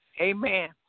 Amen